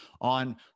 on